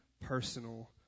personal